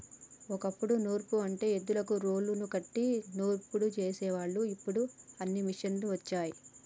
ఓ కప్పుడు నూర్పు అంటే ఎద్దులకు రోలుని కట్టి నూర్సడం చేసేవాళ్ళు ఇప్పుడు అన్నీ మిషనులు వచ్చినయ్